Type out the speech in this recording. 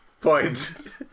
point